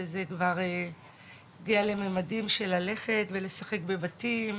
וזה כבר הגיע למימדים של ללכת ולשחק בבתים,